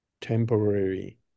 temporary